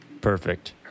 Perfect